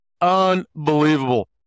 unbelievable